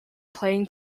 playing